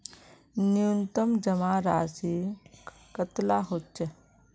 न्यूनतम जमा राशि कतेला होचे?